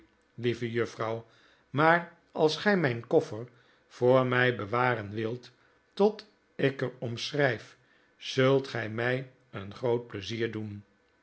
lieve juffrouw maar als gij mijn koffer voor mij bewaren wilt tot ik er om schrijf zult gij mij een groot pleizier doen